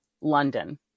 London